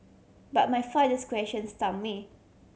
but my father's question stump me